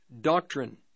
doctrine